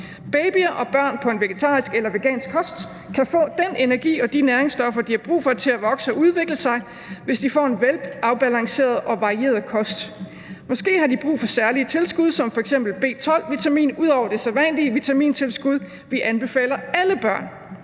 Babyer og børn på en vegetarisk eller vegansk kost kan få den energi og de næringsstoffer, de har brug for til at vokse og udvikle sig, hvis de får en velafbalanceret og varieret kost. Måske har de brug for særlige tilskud som f.eks. B 12-vitamin ud over det sædvanlige vitamintilskud, vi anbefaler alle børn.